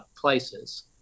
places